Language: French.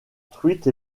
truite